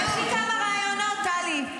--- יש לי כמה רעיונות, טלי.